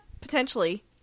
Potentially